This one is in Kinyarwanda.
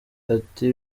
ati